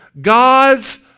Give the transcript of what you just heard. God's